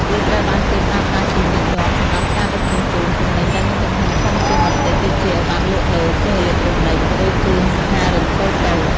វាត្រូវបានគេប្រើប្រាស់ជាញឹកញាប់សម្រាប់ការដឹកជញ្ជូនទំនិញដែលមានទំហំធំជាងបន្តិចដូចជាឥវ៉ាន់លក់ដូរ គ្រឿងអេឡិចត្រូនិច ឬគ្រឿងសង្ហារឹមតូចៗ។